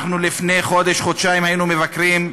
לפני חודש-חודשיים היינו מבקרים,